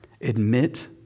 Admit